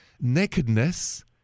nakedness